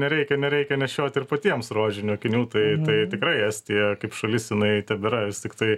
nereikia nereikia nešioti ir patiems rožinių akinių tai tai tikrai estija kaip šalis jinai tebėra tiktai